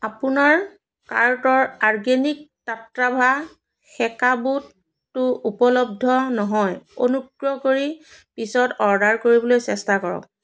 আপোনাৰ কাৰ্টৰ আৰ্গেনিক টাট্টাভা সেকা বুটটো উপলব্ধ নহয় অনুগ্ৰহ কৰি পিছত অৰ্ডাৰ কৰিবলৈ চেষ্টা কৰক